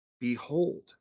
Behold